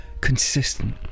Consistent